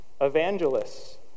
evangelists